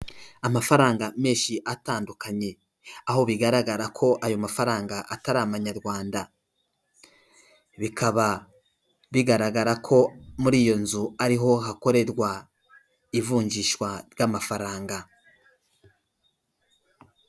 Amafaranga menshi atandukanye, aho bigaragara ko ayo mafaranga atari amanyarwanda bikaba bigaragara ko muri iyo nzu ariho hakorerwa, ivunjishwa ry'amafaranga.